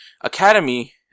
academy